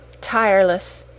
tireless